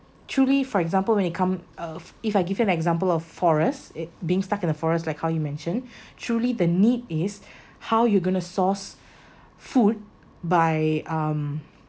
truly for example when it come uh if I give you an example of forest it being stuck in a forest like how you mention truly the need is how you're going to source food by um